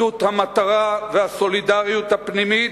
אחדות המטרה והסולידריות הפנימית,